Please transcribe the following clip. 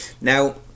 Now